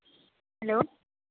hello